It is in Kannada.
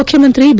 ಮುಖ್ಚಮಂತ್ರಿ ಬಿ